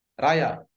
Raya